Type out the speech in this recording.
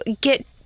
get